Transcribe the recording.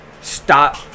Stop